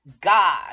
God